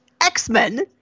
X-Men